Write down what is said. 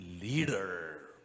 leader